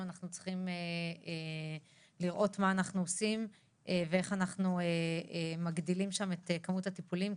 אנחנו צריכים לראות מה אנחנו עושים ואיך אנחנו מגדילים את כמות הטיפולים,